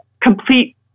complete